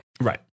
Right